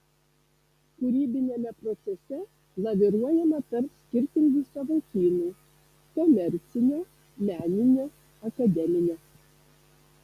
kūrybiniame procese laviruojama tarp skirtingų sąvokynų komercinio meninio akademinio